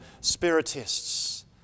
spiritists